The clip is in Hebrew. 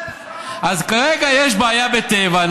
אז כרגע יש בעיה בטבע.